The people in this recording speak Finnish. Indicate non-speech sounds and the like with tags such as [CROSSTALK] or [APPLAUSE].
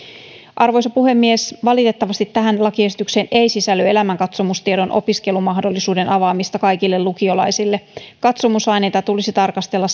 arvoisa puhemies valitettavasti tähän lakiesitykseen ei sisälly elämänkatsomustiedon opiskelumahdollisuuden avaamista kaikille lukiolaisille katsomusaineita tulisi tarkastella [UNINTELLIGIBLE]